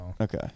okay